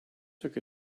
took